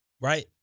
Right